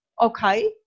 okay